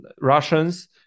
Russians